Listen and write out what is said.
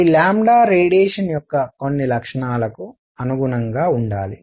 ఈ రేడియేషన్ యొక్క కొన్ని లక్షణాలకు అనుగుణంగా ఉండాలి